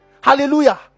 Hallelujah